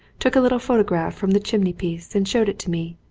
took a little photograph from the chimney piece and showed it to me.